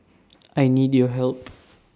I need your help